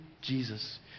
Jesus